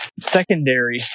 Secondary